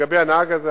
לגבי הנהג הזה,